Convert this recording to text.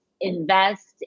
Invest